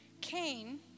Cain